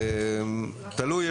תלוי.